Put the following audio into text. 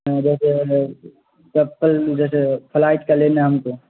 جیسے چپل جیسے فلائٹ کا لینا ہے ہم کو